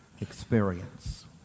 experience